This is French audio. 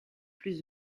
plus